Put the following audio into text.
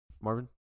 Marvin